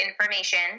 information